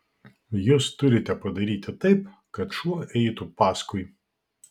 jūs turite padaryti taip kad šuo eitų paskui